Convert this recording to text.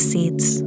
Seeds